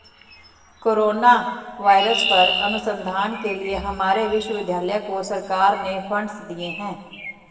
corona virus पर अनुसंधान के लिए हमारे विश्वविद्यालय को सरकार ने फंडस दिए हैं